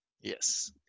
Yes